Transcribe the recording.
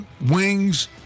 wings